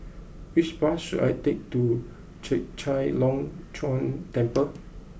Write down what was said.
which bus should I take to Chek Chai Long Chuen Temple